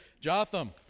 Jotham